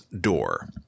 door